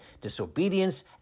disobedience